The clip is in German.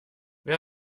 wer